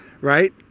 right